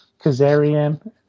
Kazarian